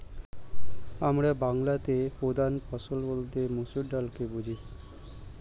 আমরা বাংলাতে প্রধান ফসল বলতে মসুর ডালকে বুঝি